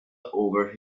over